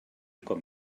com